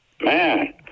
man